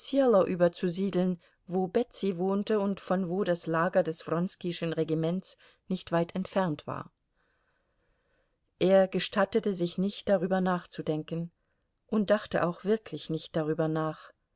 überzusiedeln wo betsy wohnte und von wo das lager des wronskischen regiments nicht weit entfernt war er gestattete sich nicht darüber nachzudenken und dachte auch wirklich nicht darüber nach